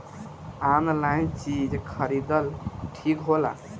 Online चीज खरीदल ठिक होला?